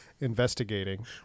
investigating